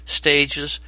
stages